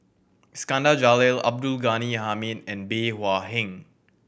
Iskandar Jalil Abdul Ghani Hamid and Bey Hua Heng